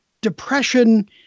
depression